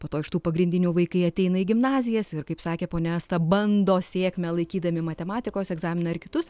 po to iš tų pagrindinių vaikai ateina į gimnazijas ir kaip sakė ponia asta bando sėkmę laikydami matematikos egzaminą ir kitus